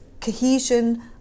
cohesion